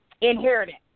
inheritance